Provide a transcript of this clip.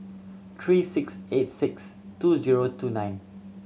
three six eight six two zero two nine